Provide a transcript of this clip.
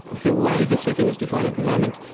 the way the second is defined at the moment,